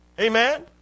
Amen